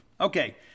Okay